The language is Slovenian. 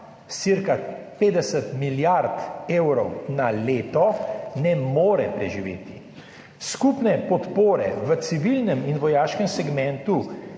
cirka 50 milijard evrov na leto ne more preživeti. Skupne podpore v civilnem in vojaškem segmentu